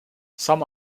some